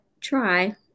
try